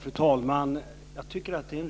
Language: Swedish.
Fru talman! Jag tycker att det är